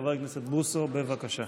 חבר הכנסת בוסו, בבקשה.